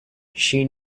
she